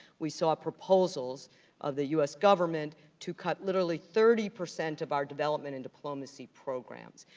we saw proposals of the u s. government to cut literally thirty percent of our development and diplomacy programs.